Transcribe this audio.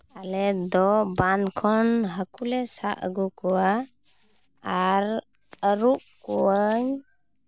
ᱟᱞᱮ ᱫᱚ ᱵᱟᱸᱫᱷ ᱠᱷᱚᱱ ᱦᱟᱹᱠᱩᱞᱮ ᱥᱟᱵ ᱟᱹᱜᱩ ᱠᱚᱣᱟ ᱟᱨ ᱟᱹᱨᱩᱵ ᱠᱚᱣᱟᱧ